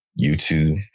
YouTube